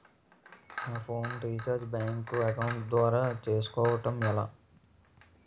నా phone recharge bank account ద్వారా చేసుకోవటం ఎలా?